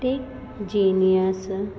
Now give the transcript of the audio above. Techgenius